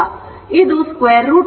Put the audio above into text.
ಇದು square root ಅಡಿಯಲ್ಲಿದೆ